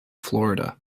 florida